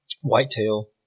whitetail